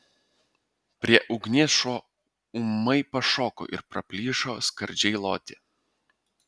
prie ugnies šuo ūmai pašoko ir praplyšo skardžiai loti